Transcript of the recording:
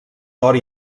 d’or